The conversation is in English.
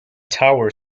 tower